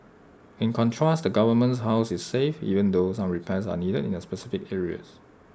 in contrast the government's house is safe even though some repairs are needed in specific areas